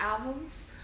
albums